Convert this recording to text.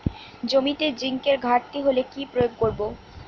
জমিতে জিঙ্কের ঘাটতি হলে কি প্রয়োগ করব?